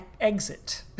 exit